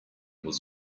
was